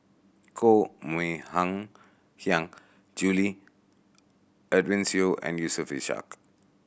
Koh Mui Hiang Julie Edwin Siew and Yusof Ishak